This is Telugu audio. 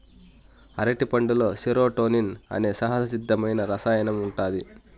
అరటిపండులో సెరోటోనిన్ అనే సహజసిద్ధమైన రసాయనం ఉంటాది